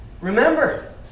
remember